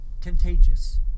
contagious